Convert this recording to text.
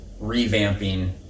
revamping